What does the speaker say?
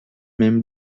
même